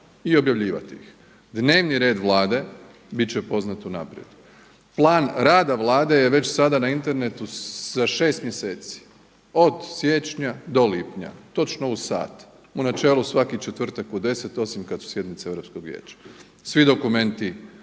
i objavljivati ih? Dnevni red Vlade bit će poznat unaprijed. Plan rada Vlade je već sada na internetu za 6 mjeseci, od siječnja do lipnja točno u sat. U načelu svaki četvrtak u 10 osim kad su sjednice Europskog vijeća. Svi dokumenti